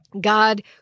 God